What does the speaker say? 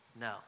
No